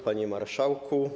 Panie Marszałku!